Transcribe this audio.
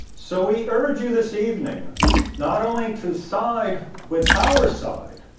so, we urge you this evening not only to side with our side,